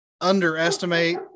underestimate